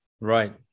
Right